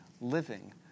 living